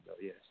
yes